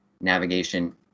navigation